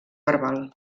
verbal